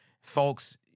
Folks